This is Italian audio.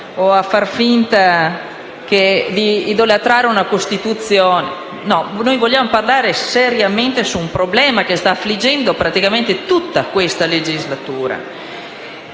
o a fare finta di idolatrare la Costituzione; noi vogliamo parlare seriamente di un problema che sta affliggendo questa legislatura.